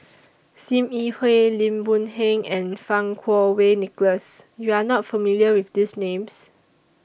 SIM Yi Hui Lim Boon Heng and Fang Kuo Wei Nicholas YOU Are not familiar with These Names